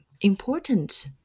important